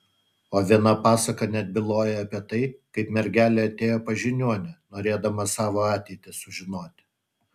o viena pasaka net byloja apie tai kaip mergelė atėjo pas žiniuonę norėdama savo ateitį sužinoti